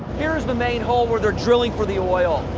here is the main hole where theyre drilling for the oil.